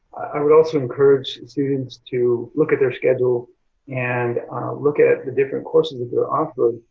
i would also encourage students to look at their schedule and look at the different courses that they're offered,